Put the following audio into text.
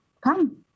come